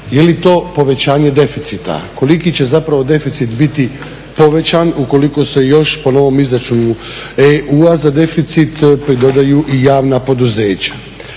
Je li to povećanje deficita? Koliki će zapravo deficit biti povećan ukoliko se još po novom izračunu EU-a za deficit opet dodaju i javna poduzeća.